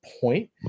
point